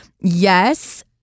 yes